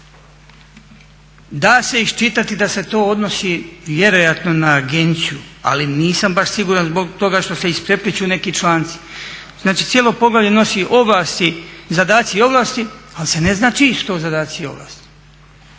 Da se iščitati da se to odnosi vjerojatno na agenciju ali nisam baš siguran zbog toga što se isprepliću neki članci. Znači, cijelo poglavlje nosi zadaci i ovlasti, ali se ne zna čiji su to zadaci i ovlasti.